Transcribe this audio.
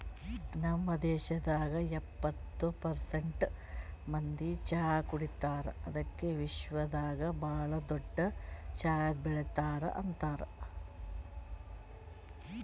ನಮ್ ದೇಶದಾಗ್ ಎಪ್ಪತ್ತು ಪರ್ಸೆಂಟ್ ಮಂದಿ ಚಹಾ ಕುಡಿತಾರ್ ಅದುಕೆ ವಿಶ್ವದಾಗ್ ಭಾಳ ದೊಡ್ಡ ಚಹಾ ಬೆಳಿತಾರ್ ಅಂತರ್